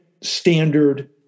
standard